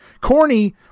Corny